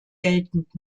geltend